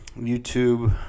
YouTube